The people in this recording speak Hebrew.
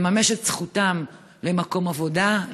לממש את זכותם למקום עבודה,